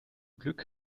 glück